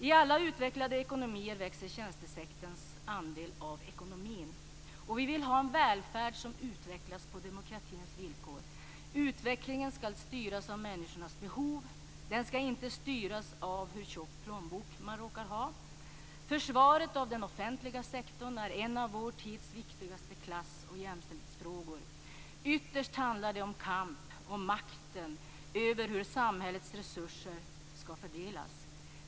I alla utvecklade ekonomier växer tjänstesektorns andel av ekonomin. Vi vill ha en välfärd som utvecklas på demokratins villkor. Utvecklingen skall styras av människornas behov. Den skall inte styras av hur tjock plånbok man råkar ha. Försvaret av den offentliga sektorn är en av vår tids viktigaste klassoch jämställdhetsfrågor. Ytterst handlar det om kamp, om makten över hur samhällets resurser skall fördelas.